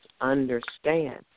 understand